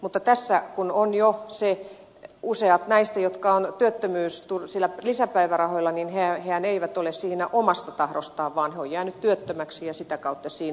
mutta tässä kun on jo se että useat näistä jotka ovat niillä lisäpäivärahoilla eivät ole siinä omasta tahdostaan vaan he ovat jääneet työttömiksi ja ovat sitä kautta siinä